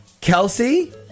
Kelsey